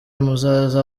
muzaze